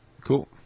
Cool